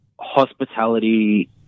hospitality